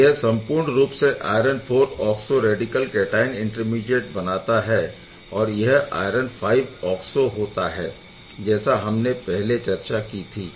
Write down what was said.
यह संपूर्ण रूप से iron IV oxo radical cation intermediate बनाता है और यह आयरन V ऑक्सो होता है जैसी हमने पहले चर्चा की थी